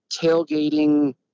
tailgating